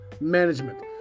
management